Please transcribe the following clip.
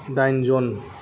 दाइनजोन